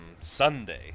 sunday